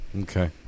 Okay